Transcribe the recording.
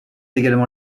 également